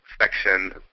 section